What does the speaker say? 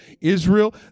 Israel